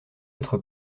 être